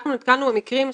אנחנו נתקלנו במקרים,